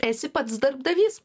esi pats darbdavys